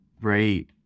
right